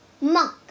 Monk